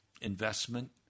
investment